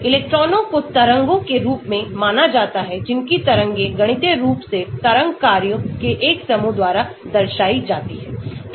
इलेक्ट्रॉनों को तरंगों के रूप में माना जाता है जिनकी तरंगें गणितीय रूप से तरंग कार्यों के एक समूह द्वारा दर्शायी जाती हैं